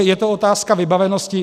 Je to otázka vybavenosti.